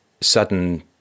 sudden